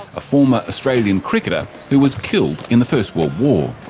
a former australian cricketer who was killed in the first world war.